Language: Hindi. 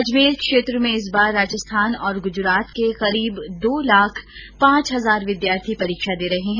अजमेर क्षेत्र में इस बार राजस्थान और गुजरात के करीब दो लाख पांच हजार विद्यार्थी परीक्षा दे रहे है